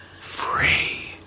free